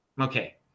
Okay